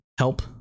help